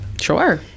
Sure